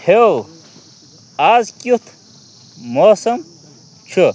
ہو آز کیٛتھ موسم چُھ